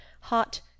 hot